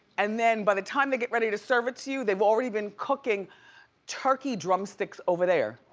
and then, by the time they get ready to serve it to you, they've already been cooking turkey drumsticks over there.